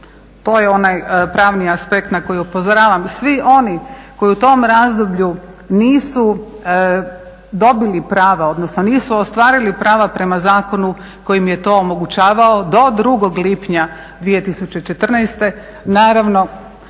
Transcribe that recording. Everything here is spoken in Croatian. to je onaj pravni aspekt na koji upozoravam svi oni koji u tom razdoblju nisu dobili prava, odnosno nisu ostvarili prava prema Zakonu koji im je to omogućavao do 2. lipnja 214. naravno